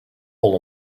hole